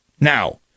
Now